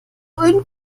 ein